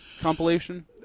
compilation